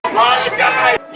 Apologize